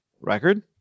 record